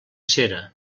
cera